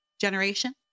generation